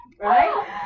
right